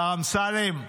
השר אמסלם,